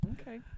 okay